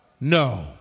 No